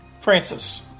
Francis